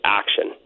action